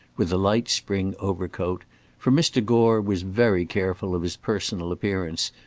with a light spring overcoat for mr. gore was very careful of his personal appearance,